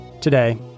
Today